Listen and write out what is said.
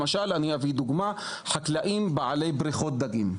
למשל אני אביא דוגמה, חקלאים בעלי בריכות דגים.